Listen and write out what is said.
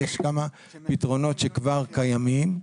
יש כמה פתרונות שכבר קיימים.